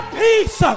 peace